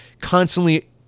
constantly